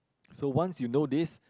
so once you know this